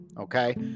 okay